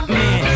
man